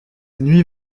nuit